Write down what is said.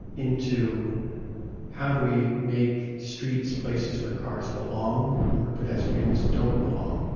into how do we make streets places where cars belong, and where pedestrians don't belong?